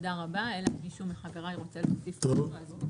תודה רבה, אלא אם מישהו מחבריי להוסיף עוד משהו.